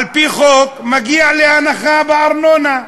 על-פי חוק מגיעה לי הנחה בארנונה,